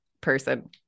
person